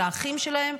של האחים שלהם,